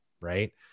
right